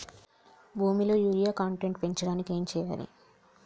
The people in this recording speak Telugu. భూమిలో యూరియా కంటెంట్ పెంచడానికి ఏం చేయాలి?